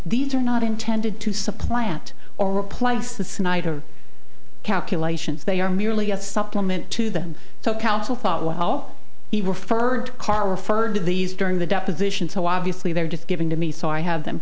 these are not intended to supplant or replace the snyder calculations they are merely a supplement to them so counsel thought well he referred to car referred to these during the deposition so obviously they were just given to me so i have them